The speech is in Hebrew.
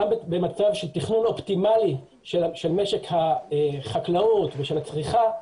גם במצב של תכנון אופטימלי של משק החקלאות ושל הצריכה,